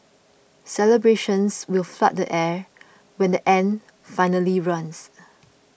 celebrations will flood the air when the end finally runs